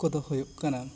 ᱠᱚᱫᱚ ᱦᱩᱭᱩᱜ ᱠᱟᱱᱟ